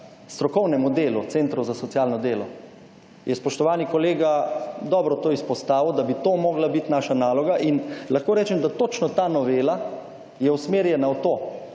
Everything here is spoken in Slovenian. strokovnemu delu centrov za socialno delo je spoštovani kolega dobro to izpostavil, da bi to morala biti naša naloga. In lahko rečem, da točno ta novela je usmerjena v to,